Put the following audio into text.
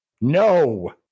No